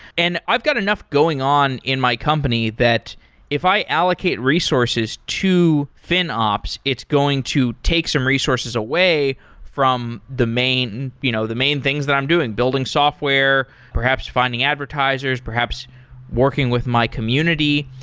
and i've got enough going on in my company that if i allocate resources to finops, it's going to take some resources away from the main you know the main things that i'm doing, building software, perhaps finding advertisers, perhaps working with my community.